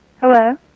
Hello